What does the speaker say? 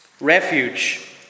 Refuge